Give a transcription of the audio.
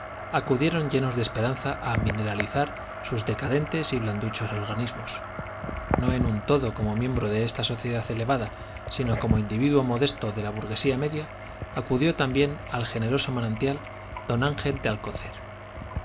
acudieron extranjero llenos de esperanza á mineralizar sus decadentes y blanduchos organismos no en un todo como miembro de esta sociedad elevada sino como individuo modesto de la burguesía media acudió también al generoso manantial d ángel de alcacer